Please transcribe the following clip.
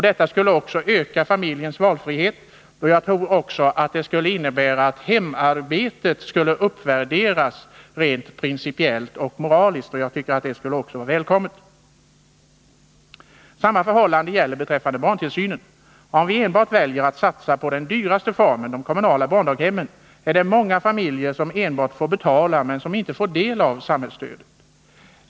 Detta skulle öka familjens valfrihet, och jag tror också att det skulle innebära att hemarbetet uppvärderades rent principiellt och moraliskt. Jag tycker att det också skulle vara välkommet. Samma förhållande gäller beträffande barntillsynen. Om vi enbart väljer att satsa på den dyraste formen, de kommunala barndaghemmen, är det många familjer som enbart får betala men inte får del av samhällsstödet.